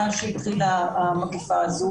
מאז התחילה המגיפה הזאת.